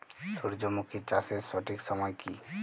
সূর্যমুখী চাষের সঠিক সময় কি?